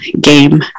game